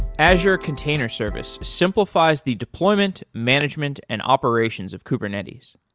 azure container service simplifies the deployment, management and operations of kubernetes.